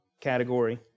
category